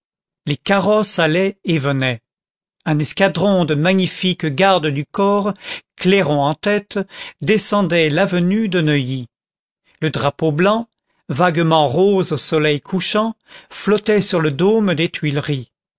les carrosses allaient et venaient un escadron de magnifiques gardes du corps clairon en tête descendait l'avenue de neuilly le drapeau blanc vaguement rose au soleil couchant flottait sur le dôme des tuileries